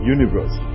Universe